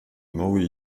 новые